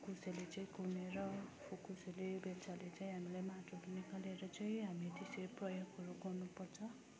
कसैले चाहिँ खनेर अब कसैले बेल्चाले चाहिँ हामीलाई माटो भूमि खनेर चाहिँ हामी त्यसरी प्रयोगहरू गर्नुपर्छ